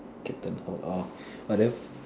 captain orh but then